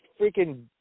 freaking